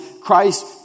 Christ